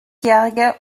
jährige